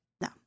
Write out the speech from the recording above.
No